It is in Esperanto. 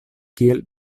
kiel